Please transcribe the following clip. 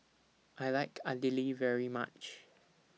I like Idili very much